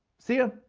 see ya,